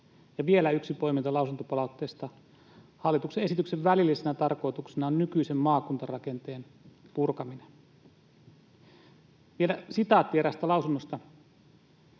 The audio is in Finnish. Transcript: vielä yksi poiminta lausuntopalautteesta: hallituksen esityksen välillisenä tarkoituksena on nykyisen maakuntarakenteen purkaminen. Vielä sitaatti eräästä lausunnosta: